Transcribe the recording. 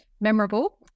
memorable